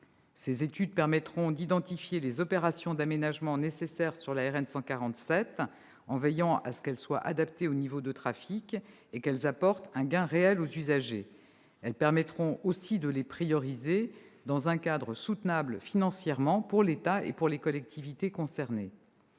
Ces études permettront d'identifier les opérations d'aménagement nécessaires sur la RN 147, en veillant à ce qu'elles soient adaptées aux niveaux de circulation et à ce qu'elles apportent un gain réel aux usagers. Elles permettront aussi de les prioriser, dans un cadre financièrement soutenable pour l'État et pour les collectivités locales